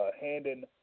handing